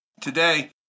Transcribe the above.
today